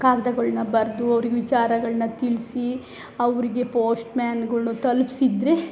ಕಾಗ್ದಗಳನ್ನ ಬರೆದು ಅವ್ರಿಗೆ ವಿಚಾರಗಳನ್ನ ತಿಳಿಸಿ ಅವರಿಗೆ ಪೋಸ್ಟ್ಮ್ಯಾನ್ಗಳು ತಲುಪ್ಸಿದ್ರೆ